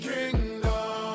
Kingdom